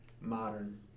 modern